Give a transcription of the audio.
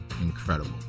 Incredible